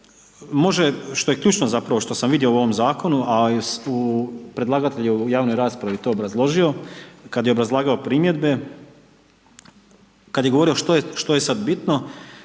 može, što je ključno zapravo, što sam vidio u ovom zakonu a i predlagatelj je u javnoj raspravi to obrazložio kada je obrazlagao primjedbe, kada je govorio što je sada bitno,